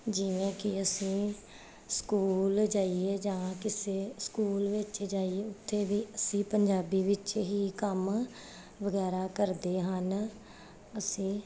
ਜਿਵੇਂ ਕਿ ਅਸੀਂ ਸਕੂਲ ਜਾਈਏ ਜਾਂ ਕਿਸੇ ਸਕੂਲ ਵਿੱਚ ਜਾਈਏ ਉੱਥੇ ਵੀ ਅਸੀਂ ਪੰਜਾਬੀ ਵਿੱਚ ਹੀ ਕੰਮ ਵਗੈਰਾ ਕਰਦੇ ਹਨ ਅਸੀਂ